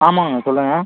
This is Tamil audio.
ஆமாங்க சொல்லுங்கள்